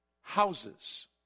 Houses